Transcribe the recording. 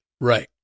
right